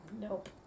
nope